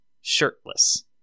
Shirtless